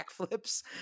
backflips